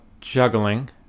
juggling